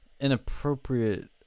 inappropriate